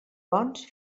bons